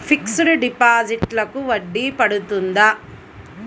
Fixed డిపాజిట్లకు వడ్డీ పడుతుందా?